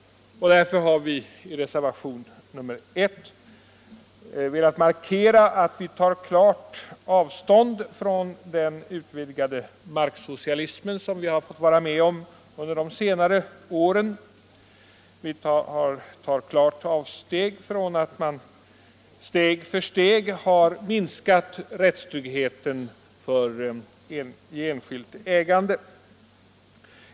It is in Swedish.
Därför har vi i reservationen 1 velat markera att vi tar klart avstånd från den utvidgade marksocialism som vi har fått vara med om under senare år. Vi tar klart avstånd från att man steg för steg minskat rättstryggheten i enskilt ägande.